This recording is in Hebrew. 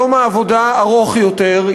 יום העבודה ארוך יותר,